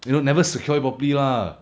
you know never secure it properly lah